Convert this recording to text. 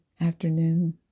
afternoon